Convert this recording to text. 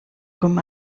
com